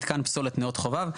מתקן פסולת נאות חובב.